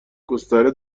گستره